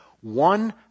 One